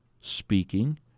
speaking